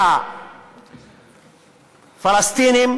שהפלסטינים